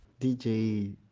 DJ